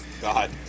God